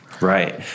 Right